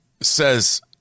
says